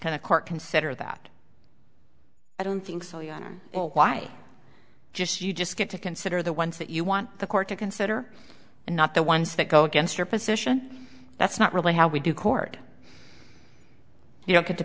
kind of court consider that i don't think so your honor why just you just get to consider the ones that you want the court to consider and not the ones that go against your position that's not really how we do court you don't get to